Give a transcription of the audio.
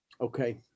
Okay